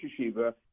yeshiva